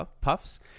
puffs